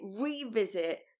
revisit